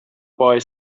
boy